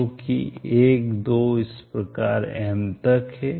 जोकि 1 2 इस प्रकार m तक है